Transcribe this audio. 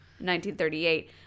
1938